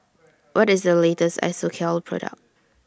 What IS The latest Isocal Product